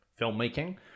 filmmaking